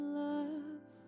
love